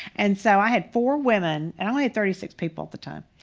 and so i had four women, and i only had thirty six people at the time.